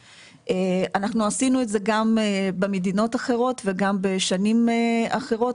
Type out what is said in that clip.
אנחנו עשינו את זה גם במדינות אחרות וגם בשנים אחרות,